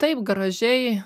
taip gražiai